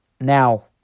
Now